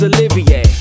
Olivier